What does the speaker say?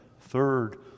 Third